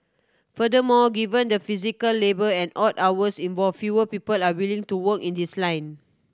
furthermore given the physical labour and odd hours involved fewer people are willing to work in this line